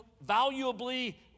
valuably